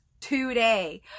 today